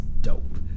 Dope